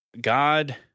God